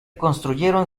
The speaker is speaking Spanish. construyeron